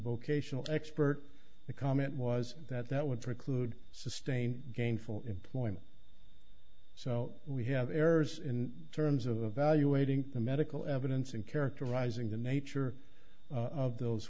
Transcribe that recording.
vocational expert the comment was that that would preclude sustain gainful employment so we have errors in terms of evaluating the medical evidence and characterizing the nature of those